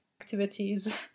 activities